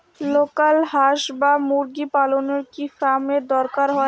Local হাস বা মুরগি পালনে কি ফার্ম এর দরকার হয়?